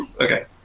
Okay